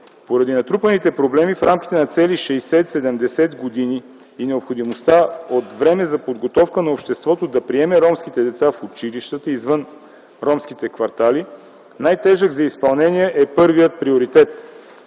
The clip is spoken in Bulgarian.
Поради натрупаните проблеми в рамките на цели 60-70 години и необходимостта от време за подготовка на обществото да приеме ромските деца в училищата извън ромските квартали, най-тежък за изпълнение е първият приоритет.